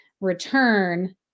return